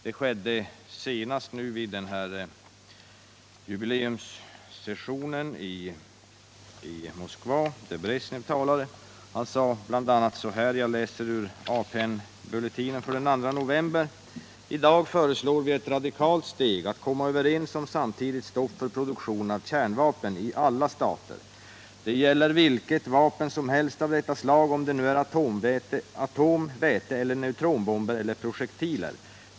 Det skedde senast vid den jubileumssession i Moskva där Bresjnev talade. Han sade då bl.a. — jag läser ur APN-bulletinen för den 2 november: ”I dag föreslår vi ett radikalt steg: att komma överens om samtidigt stopp för produktion av kärnvapen i alla stater. Det gäller vilket vapen som helst av detta slag — och om det nu är atom-, väteeller neutronbomber eller projektiler.